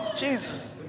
Jesus